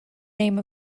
name